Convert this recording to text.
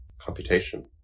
computation